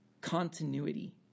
Continuity